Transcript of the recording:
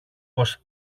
πως